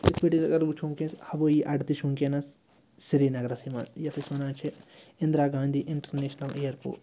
یِتھ پٲٹھی اگر وٕچھو وٕنۍکٮ۪س ہوٲیی اَڈٕ تہِ چھِ وٕنۍکٮ۪نَس سرینگرَسٕے منٛز یَتھ أسۍ وَنان چھِ اِنٛدرا گاندھی اِنٹرنیشنَل اِیَرپوٹ